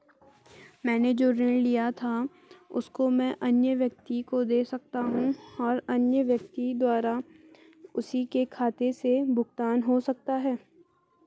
मैंने जो ऋण लिया था उसको मैं अन्य व्यक्ति को दें सकता हूँ और अन्य व्यक्ति द्वारा उसी के खाते से भुगतान हो सकता है?